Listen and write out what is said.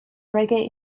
reggae